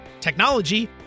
technology